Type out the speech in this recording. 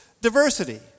diversity